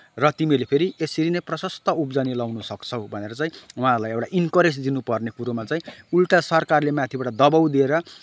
र तिमीहरूले फेरि यसरी नै प्रसस्त उब्जनी लगाउनसक्छौ भनेर चाहिँ उहाँहरूलाई एउटा इन्करेज दिनपर्ने कुरोमा चाहिँ उल्टा सरकारले माथिबाट दबाउ दिएर